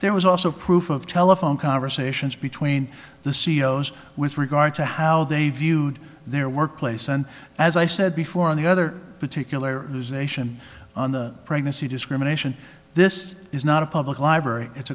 there was also proof of telephone conversations between the c e o s with regard to how they viewed their workplace and as i said before on the other particular zation on the pregnancy discrimination this is not a public library it's